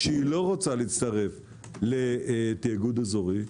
שהיא לא רוצה להצטרף לתאגוד אזורי,